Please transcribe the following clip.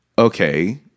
Okay